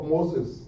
Moses